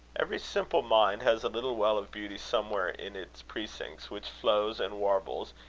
every simple mind has a little well of beauty somewhere in its precincts, which flows and warbles,